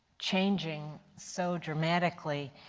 changing so dramatically